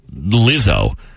Lizzo